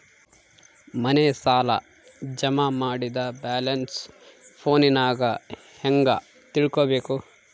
ಮನೆ ಸಾಲ ಜಮಾ ಮಾಡಿದ ಬ್ಯಾಲೆನ್ಸ್ ಫೋನಿನಾಗ ಹೆಂಗ ತಿಳೇಬೇಕು?